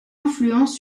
influence